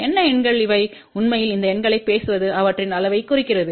என்ன எண்கள் இவை உண்மையில் இந்த எண்களைப் பேசுவது அவற்றின் அளவைக் குறிக்கிறது